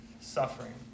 suffering